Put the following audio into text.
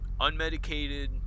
unmedicated